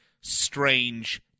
strange